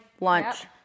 lunch